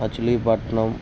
Machilipatnam